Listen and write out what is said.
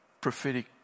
prophetic